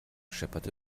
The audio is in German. schepperte